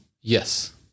Yes